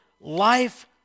life